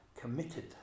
committed